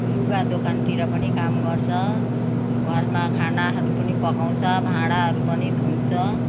लुगा दोकानतिर पनि काम गर्छ घरमा खानाहरू पनि पकाउँछ भाँडाहरू पनि धुन्छ